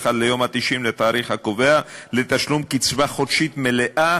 ליום ה-90 לתאריך הקובע לתשלום קצבה חודשית מלאה,